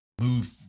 move